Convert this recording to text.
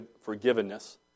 Forgiveness